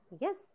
yes